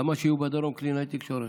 למה שיהיו בדרום קלינאיות תקשורת?